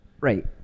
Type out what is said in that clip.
Right